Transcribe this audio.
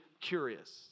curious